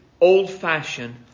old-fashioned